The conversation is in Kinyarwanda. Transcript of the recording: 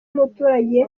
umuturage